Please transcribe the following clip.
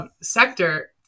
sector